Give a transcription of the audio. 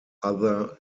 other